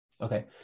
Okay